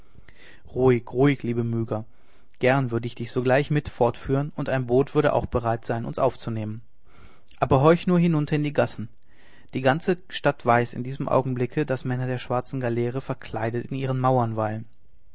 ruhig ruhig liebe liebe myga gern würde ich dich sogleich mit mir fortführen und ein boot würde auch bereit sein uns aufzunehmen aber horch nur hinunter in die gassen die ganze stadt weiß in diesem augenblick daß männer der schwarzen galeere verkleidet in ihren mauern weilen